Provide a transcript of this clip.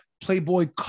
Playboy